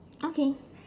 okay